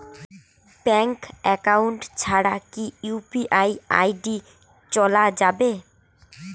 Bank account ছাড়া কি UPI ID চোলা যাবে?